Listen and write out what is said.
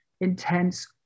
intense